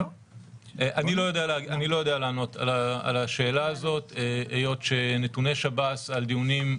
אני לא יודע לענות על השאלה הזאת היות שנתוני שב"ס על דיונים,